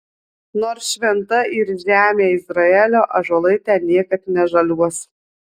nors šventa yr žemė izraelio ąžuolai ten niekad nežaliuos